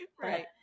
right